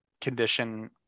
condition